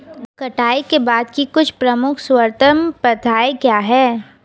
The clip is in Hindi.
कटाई के बाद की कुछ प्रमुख सर्वोत्तम प्रथाएं क्या हैं?